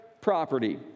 property